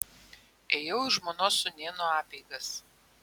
ėjau į žmonos sūnėno apeigas